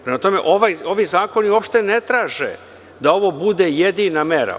Prema tome, ovi zakoni uopšte ne traže da ovo bude jedina mera.